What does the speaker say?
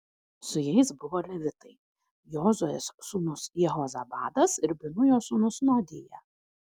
su jais buvo levitai jozuės sūnus jehozabadas ir binujo sūnus noadija